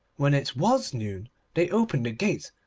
when it was noon they opened the gate,